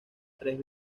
tres